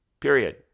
period